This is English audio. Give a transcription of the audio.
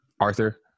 Arthur